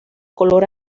color